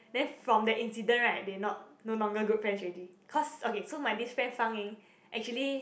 then from that incident right they not no longer good friends already cause okay so my this friend fang ying actually